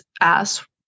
ask